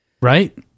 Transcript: right